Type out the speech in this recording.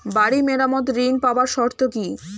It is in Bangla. বাড়ি মেরামত ঋন পাবার শর্ত কি?